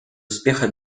успеха